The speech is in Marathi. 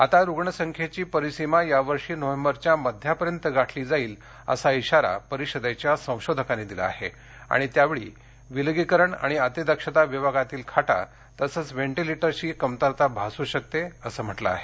आता रुग्णसंख्येची परिसीमा यावर्षी नोव्हेंबरच्या मध्यापर्यंत गाठली जाईल असा इशारा परिषदेच्या संशोधकांनी दिला आहे आणि त्यावेळी विलगीकरण आणि अति दक्षता विभागातील खाटा तसंच वेंटिलेटर्सची कमतरता भासू शकते असं म्हटलं आहे